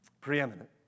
Preeminent